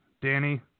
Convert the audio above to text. Danny